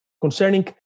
concerning